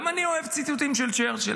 גם אני אוהב ציטוטים של צ'רצ'יל.